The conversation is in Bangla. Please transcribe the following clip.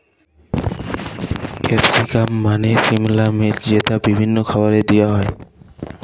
ক্যাপসিকাম মালে সিমলা মির্চ যেট বিভিল্ল্য খাবারে দিঁয়া হ্যয়